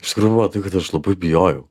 iš tikrųjų buvo tai kad aš labai bijojau